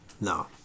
No